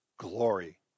glory